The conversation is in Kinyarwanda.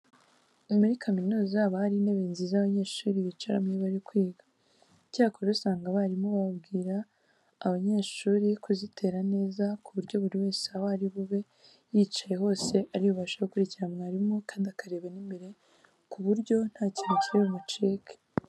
Muri kaminuza haba hari intebe nziza abanyeshuri bicaramo iyo bari kwiga. Icyakora usanga abarimu babwira abanyeshuri kuzitera neza ku buryo buri wese aho ari bube yicaye hose ari bubashe gukurikira mwarimu kandi akareba n'imbere ku buryo nta kintu kiri bumucike.